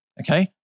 Okay